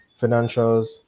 financials